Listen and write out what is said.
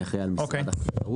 אני אחראי על משרד החקלאות,